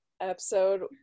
episode